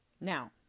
Now